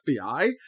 FBI